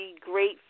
great